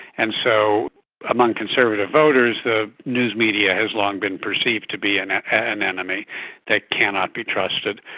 and so among conservative voters the news media has long been perceived to be an an enemy that cannot be trusted.